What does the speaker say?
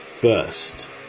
First